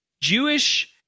Jewish